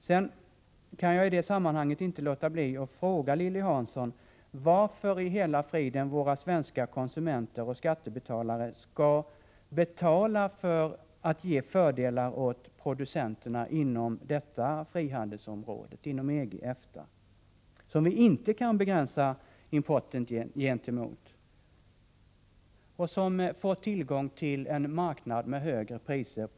Jag kan i det sammanhanget inte låta bli att fråga Lilly Hansson, varför i hela friden våra svenska konsumenter och skattebetalare skall betala för att ge fördelar åt producenterna inom detta frihandelsområde —- inom EG/EFTA — som vi inte kan begränsa importen gentemot och som på grund av våra begränsningar får tillgång till en marknad med högre priser.